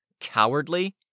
Cowardly